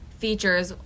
features